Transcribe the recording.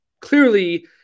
clearly